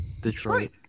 Detroit